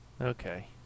okay